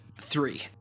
three